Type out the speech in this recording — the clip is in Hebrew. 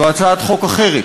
זו הצעת חוק אחרת.